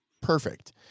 Perfect